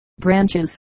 Branches